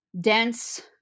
dense